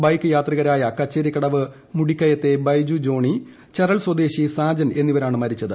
bike യാത്രികരായ കച്ചേരിക്കടവ് മുടിക്കയത്തെ ബൈജു ജോണി ചരൾ സ്വദേശി സാജൻ എന്നിവരാണ് മരിച്ചത്